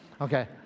Okay